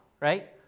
right